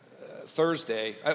Thursday